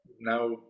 now